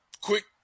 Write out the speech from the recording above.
Quick